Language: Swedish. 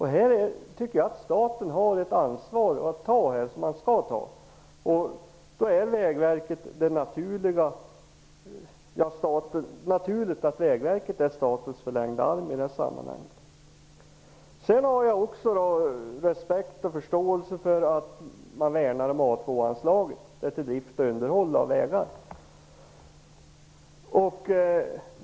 Här tycker jag att staten skall ta ett ansvar, och då är det naturligt att Vägverket är statens förlängda arm i sammanhanget. Jag har respekt och förståelse för att man värnar om A2-anslaget till drift och underhåll av vägar.